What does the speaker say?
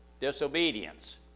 disobedience